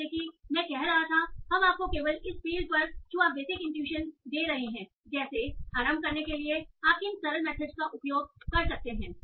जैसा कि मैं कह रहा था हम आपको केवल इस फील्ड पर छुआ बेसिक इनट्यूशन दे रहे हैं जैसे आरंभ करने के लिए आप किन सरल मेथड्स का उपयोग कर सकते हैं